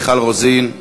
מיכל רוזין.